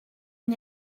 une